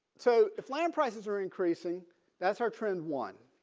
so if land prices are increasing that's our trend one.